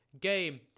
game